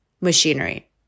machinery